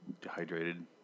dehydrated